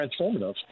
transformative